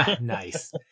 Nice